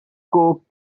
coke